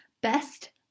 best